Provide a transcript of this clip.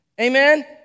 Amen